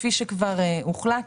כפי שכבר הוחלט?